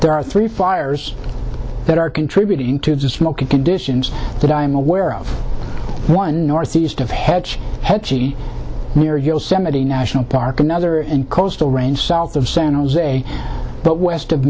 there are three fires that are contributing to the smoky conditions that i'm aware of one northeast of hedge near yosemite national park another in coastal range south of san jose but west of